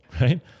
right